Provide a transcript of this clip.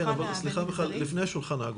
סליחה, לפני השולחן העגול.